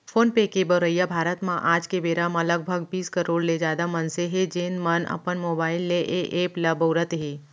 phone पे के बउरइया भारत म आज के बेरा म लगभग बीस करोड़ ले जादा मनसे हें, जेन मन अपन मोबाइल ले ए एप ल बउरत हें